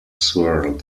swirl